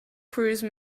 cruise